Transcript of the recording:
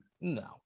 No